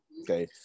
okay